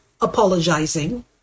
apologizing